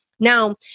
Now